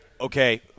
okay –